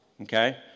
okay